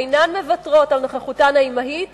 ואינן מוותרות על נוכחותן האימהית,